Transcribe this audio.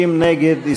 60 נגד.